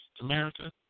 America